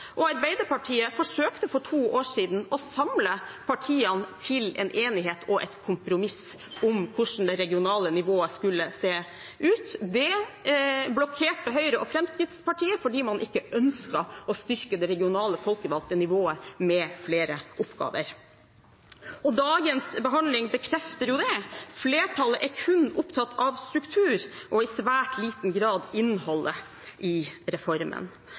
og Arbeiderpartiet forsøkte for to år siden å samle partiene til en enighet og et kompromiss om hvordan det regionale nivået skulle se ut. Det blokkerte Høyre og Fremskrittspartiet fordi man ikke ønsket å styrke det regionale folkevalgte nivået med flere oppgaver. Dagens behandling bekrefter det: Flertallet er kun opptatt av struktur og i svært liten grad av innholdet i reformen.